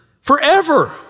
forever